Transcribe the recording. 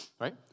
right